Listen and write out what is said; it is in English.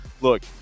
Look